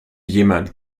jemand